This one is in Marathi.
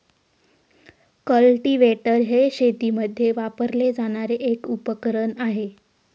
कल्टीवेटर हे शेतीमध्ये वापरले जाणारे एक उपकरण आहे